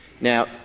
Now